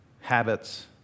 habits